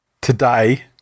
today